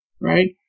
right